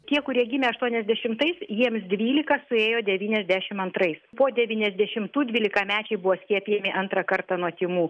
tie kurie gimė aštuoniasdešimtais jiems dvylika suėjo devyniasdešim antrais po devyniasdešimtų dvylikamečiai buvo skiepijami antrą kartą nuo tymų